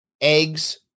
eggs